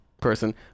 person